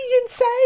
insane